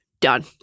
done